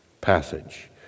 passage